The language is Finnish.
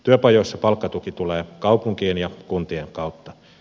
työpajoissa palkkatuki tulee kaupunkien ja kuntien kautta